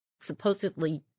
supposedly